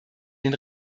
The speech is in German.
den